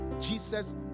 Jesus